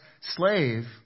slave